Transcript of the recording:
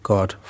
God